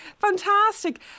Fantastic